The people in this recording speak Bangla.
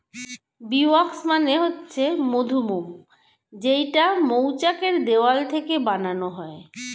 বী ওয়াক্স মানে হচ্ছে মধুমোম যেইটা মৌচাক এর দেওয়াল থেকে বানানো হয়